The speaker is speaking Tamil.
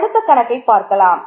அடுத்த கணக்கை பார்க்கலாம்